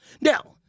Now